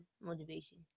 motivation